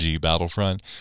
battlefront